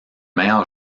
meilleurs